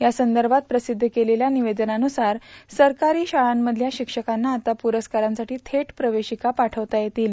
यासंदर्भात प्रसिद्ध केलेल्या निवेदनाबुसार सरकारी शाळांमधल्या शिक्षकांना आता पुरस्कारांसाठी थेट प्रवेशिका पाठवता येईल